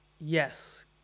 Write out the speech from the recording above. Yes